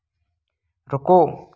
रुको